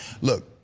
look